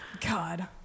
God